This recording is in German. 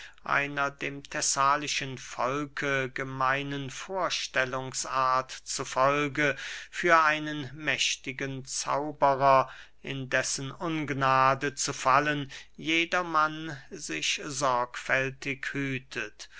einer dem thessalischen volke gemeinen vorstellungsart zu folge für einen mächtigen zauberer in dessen ungnade zu fallen jedermann sich sorgfältig hütet